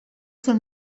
sul